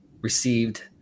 received